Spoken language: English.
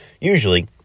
usually